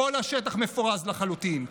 כל השטח מפורז לחלוטין,